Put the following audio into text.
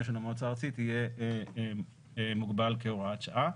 של המועצה הארצית יהיה מוגבל כהוראת שעה.